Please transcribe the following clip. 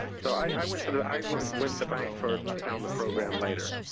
so i went sort of i went the bank first, found the program later.